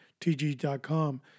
TG.com